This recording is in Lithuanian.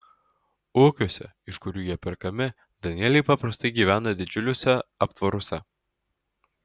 ūkiuose iš kurių jie perkami danieliai paprastai gyvena didžiuliuose aptvaruose